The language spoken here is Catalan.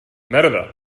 merda